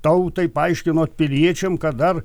tautai paaiškinot piliečiam kad dar